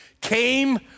came